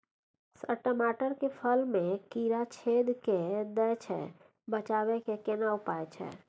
Sir टमाटर के फल में कीरा छेद के दैय छैय बचाबै के केना उपाय छैय?